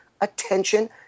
attention